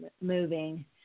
moving